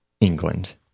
England